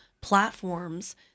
platforms